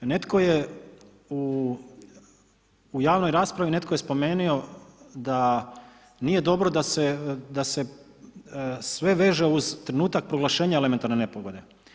Netko je u javnoj raspravi spomenuo da nije dobro da se sve veže uz trenutak proglašenja elementarne nepogode.